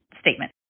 statement